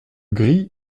gris